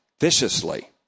viciously